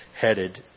headed